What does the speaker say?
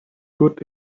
good